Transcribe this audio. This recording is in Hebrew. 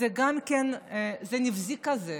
וזה גם נבזי כזה.